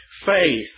faith